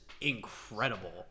incredible